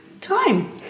time